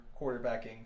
quarterbacking